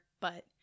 but-